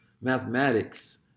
mathematics